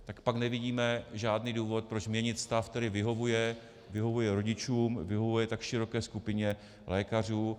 Tak pak nevidíme žádný důvod, proč měnit stav, který vyhovuje, vyhovuje rodičům, vyhovuje tak široké skupině lékařů.